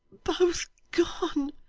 both gone.